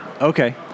Okay